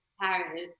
Paris